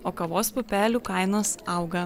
o kavos pupelių kainos auga